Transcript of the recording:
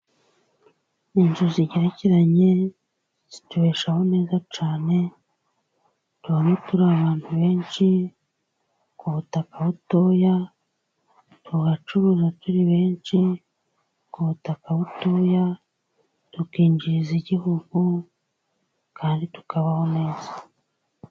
Inzu zigerekeranye zitubeshaho neza cyane, tubamo turi abantu benshi ku butaka butoya, tugacuruza turi benshi ku butaka butoya, tukinjiriza igihugu kandi tukabaho neza.